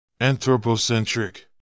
Anthropocentric